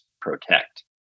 Protect